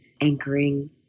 anchoring